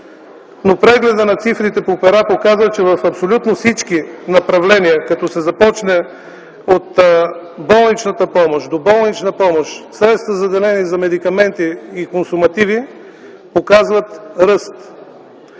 Прегледът на числата по пера показва, че абсолютно всички направления, като се започне от болничната, доболничната помощ, средствата, заделени за медикаменти и консумативи, показват ръст.